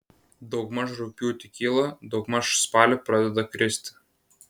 daugmaž rugpjūtį kyla daugmaž spalį pradeda kristi